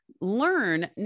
learn